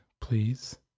please